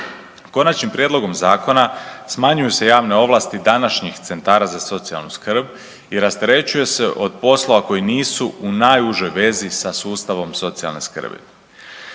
Konačnim prijedlogom zakona smanjuju se javne ovlasti današnjih centara za socijalnu skrb i rasterećuje se od poslova koji nisu u najužoj vezi sa sustavom socijalne skrbi.